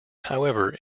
however